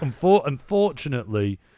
Unfortunately